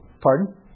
Pardon